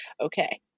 Okay